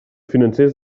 financers